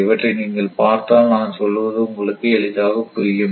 இவற்றை நீங்கள் பார்த்தால் நான் சொல்வது உங்களுக்கு எளிதாக புரியும்